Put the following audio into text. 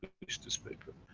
publish this paper.